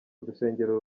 urusengero